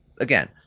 again